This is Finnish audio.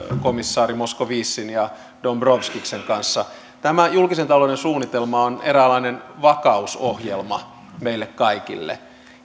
komissaari moscovicin ja dombrovskiksen kanssa tämä julkisen talouden suunnitelma on eräänlainen vakausohjelma meille kaikille